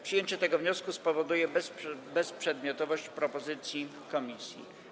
Przyjęcie tego wniosku spowoduje bezprzedmiotowość propozycji komisji.